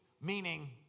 meaning